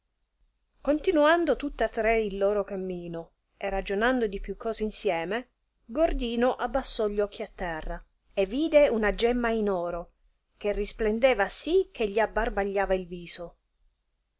continoando tutta tre il loro camino e ragionando di più cose insieme gordino abbassò gli occhi a terra e vide una gemma in oro che rìsplendeva sì che gli abbarbagliava il viso